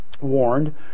warned